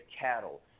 cattle